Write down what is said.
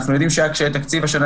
אנחנו יודעים שהיו קשיי תקציב השנה,